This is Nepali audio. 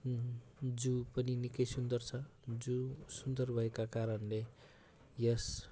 जू पनि निकै सुन्दर जू सुन्दर भएका कारणले यस